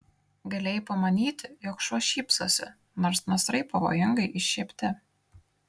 galėjai pamanyti jog šuo šypsosi nors nasrai pavojingai iššiepti